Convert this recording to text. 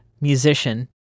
musician